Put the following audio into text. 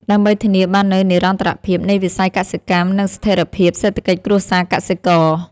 ដើម្បីធានាបាននូវនិរន្តរភាពនៃវិស័យកសិកម្ម និងស្ថិរភាពសេដ្ឋកិច្ចគ្រួសារកសិករ។